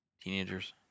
teenagers